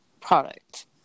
product